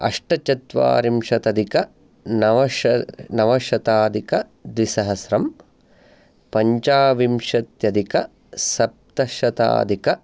अष्टचत्वारिंशतधिक नवशत् नवशताधिकद्विसहस्रम् पञ्चाविंशत्यधिक सप्तशताधिक